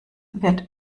wird